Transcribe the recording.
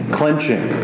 clenching